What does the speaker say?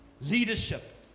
leadership